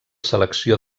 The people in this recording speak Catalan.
selecció